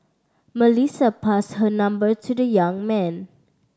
Melissa passed her number to the young man